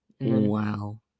wow